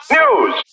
news